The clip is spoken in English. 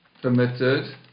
permitted